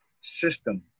system